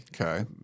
Okay